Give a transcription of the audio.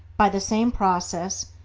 by the same process,